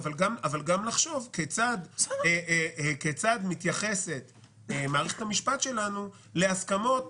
אבל גם לחשוב כיצד מתייחסת מערכת המשפט שלנו להסכמות